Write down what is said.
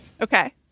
Okay